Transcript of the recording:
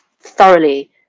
thoroughly